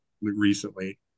recently